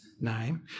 name